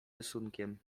rysunkiem